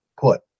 put